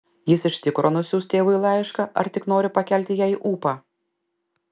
jis iš tikro nusiųs tėvui laišką ar tik nori pakelti jai ūpą